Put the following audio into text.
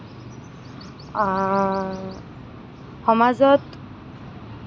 সমাজত